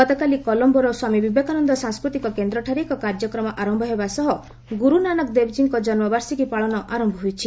ଗତକାଲି କଲମ୍ବୋର ସ୍ୱାମୀ ବିବେକାନନ୍ଦ ସାଂସ୍କୃତିକ କେନ୍ଦ୍ରଠାରେ ଏକ କାର୍ଯ୍ୟକ୍ରମ ଆରମ୍ଭ ହେବା ସହ ଗୁରୁ ନାନକ ଦେବଜୀଙ୍କ ଜନ୍ମବାର୍ଷିକୀ ପାଳନ ଆରମ୍ଭ ହୋଇଛି